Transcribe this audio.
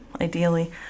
ideally